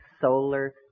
solar